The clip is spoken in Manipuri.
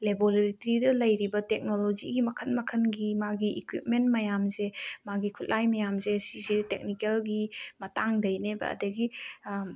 ꯂꯦꯕꯣꯔꯦꯇ꯭ꯔꯤꯗ ꯂꯩꯔꯤꯕ ꯇꯦꯛꯅꯣꯂꯣꯖꯤꯒꯤ ꯃꯈꯜ ꯃꯈꯜꯒꯤ ꯃꯥꯒꯤ ꯏꯀ꯭ꯋꯤꯞꯃꯦꯟ ꯃꯌꯥꯝꯁꯦ ꯃꯥꯒꯤ ꯈꯨꯠꯂꯥꯏ ꯃꯌꯥꯝꯁꯦ ꯁꯤꯁꯦ ꯇꯦꯛꯅꯤꯀꯦꯜꯒꯤ ꯃꯇꯥꯡꯗꯩꯅꯦꯕ ꯑꯗꯒꯤ